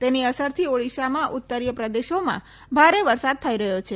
તેની અસરથી ઓડીશામાં ઉત્તરીય પ્રદેશોમાં ભારે વરસાદ થઇ રહયો છે